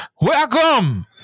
Welcome